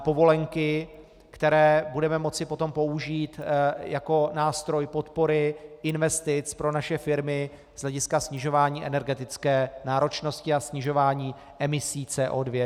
Povolenky, které potom budeme moci použít jako nástroj podpory investic pro naše firmy z hlediska snižování energetické náročnosti a snižování emisí CO2.